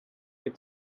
with